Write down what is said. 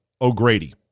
O'Grady